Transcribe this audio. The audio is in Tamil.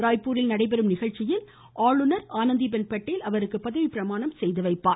ராய்ப்பூரில் நடைபெறும் நிகழ்ச்சியில் ஆளுநர் ஆனந்தி பென் பட்டேல் அவருக்கு பதவி பிரமாணம் செய்து வைக்கிறார்